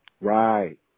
Right